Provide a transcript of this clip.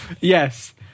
Yes